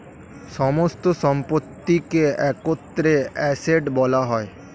সমস্ত সম্পত্তিকে একত্রে অ্যাসেট্ বলা হয়